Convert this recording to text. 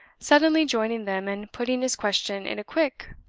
suddenly joining them, and putting his question in a quick,